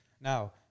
Now